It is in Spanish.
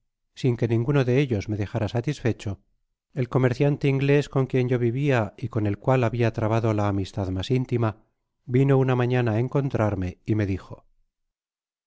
sin que ninguno de ellos me dejara satisfecho el comerciante inglés con quien yo vivia y con el cual habia trabado la amistad mas intima vino una mañana á encontrarme y me dijo